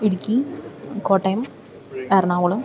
Idukki Kottayam Ernakulam